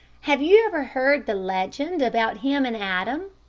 have you ever heard the legend about him and adam?